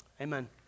Amen